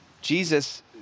Jesus